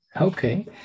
Okay